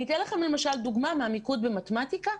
אני אתן לכם למשל דוגמה מהמיקוד במתמטיקה.